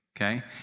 okay